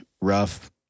rough